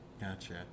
Gotcha